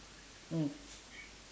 mm